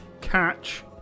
Catch